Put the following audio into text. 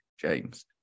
james